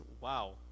wow